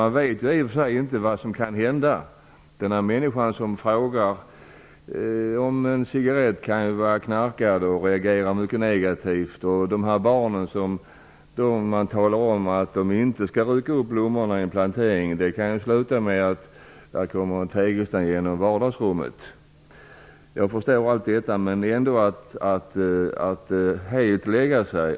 Man vet ju inte vad som kan hända. Denna människa som frågar om en cigarett kan ju vara knarkare och reagera mycket negativt. När man säger till barnen att de inte skall rycka upp blommorna i en plantering kan det sluta med att man får en tegelsten genom fönstret till vardagsrummet. Jag förstår allt detta, men man får ändå inte helt ge upp.